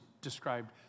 described